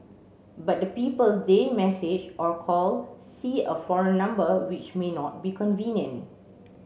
but the people they message or call see a foreign number which may not be convenient